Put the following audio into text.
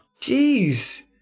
Jeez